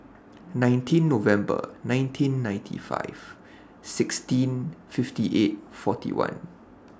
nineteen November nineteen ninety five sixteen fifty eight forty one